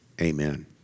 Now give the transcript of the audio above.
Amen